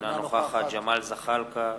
אינה נוכחת ג'מאל זחאלקה,